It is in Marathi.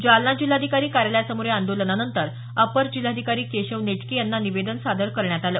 जालना जिल्हाधिकारी कार्यालयासमोर या आंदोलनानंतर अप्पर जिल्हाधिकारी केशव नेटके यांना निवेदन सादर करण्यात आलं